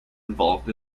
involved